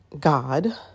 God